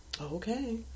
Okay